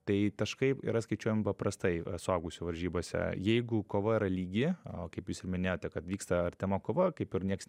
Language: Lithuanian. tai taškai yra skaičiuojami paprastai suaugusių varžybose jeigu kova yra lygi kaip jūs ir minėjote kad vyksta artima kova kaip ir nieks